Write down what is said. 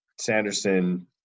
Sanderson